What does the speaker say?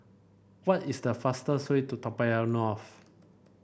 what is the fastest way to Toa Payoh North